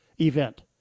event